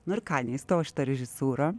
nu ir ką neįstojau aš į tą režisūrą